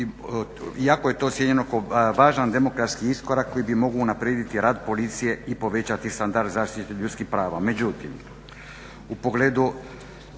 iako je to ocijenjeno kao važan demokratski iskorak koji bi mogao unaprijediti rad policije i povećati standard zaštite ljudskih prava.